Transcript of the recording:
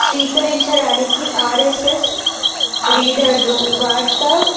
స్వీకరించడానికి ఆర్ఎస్ఎస్ రీడర్లు వార్త